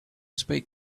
speak